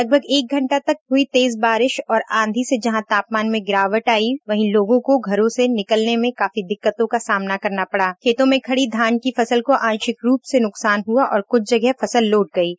लगभग एक घंटा हुई तेज बारिश और आंधी से जहा तापमान में गिरावट आई है लोगो को घरों से बाहर निकलने में काफी दिक्कतों का सामना करना पड़ा वही खेतों में खड़ी धान की फसल को आंशिक रूप से नुकसान हुआ है कुछ जगह फसल लोट गयीं है